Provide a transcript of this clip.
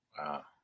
Wow